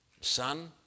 Son